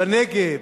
בנגב,